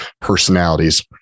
personalities